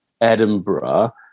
Edinburgh